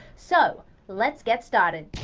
so! let's get started.